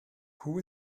who